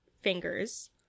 fingers